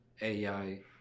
AI